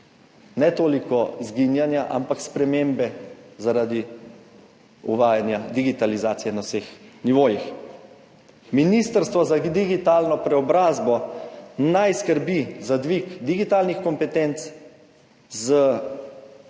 ne toliko izginjanja, ampak spremembe, zaradi uvajanja digitalizacije na vseh nivojih. Ministrstvo za digitalno preobrazbo naj skrbi za dvig digitalnih kompetenc,